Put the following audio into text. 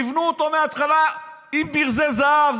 יבנו אותו מההתחלה עם ברזי זהב,